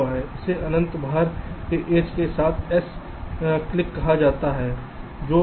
इसे अनंत भार के एड्जेस के साथ एक s क्लिकेकहा जाता है